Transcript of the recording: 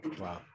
wow